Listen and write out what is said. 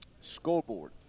scoreboard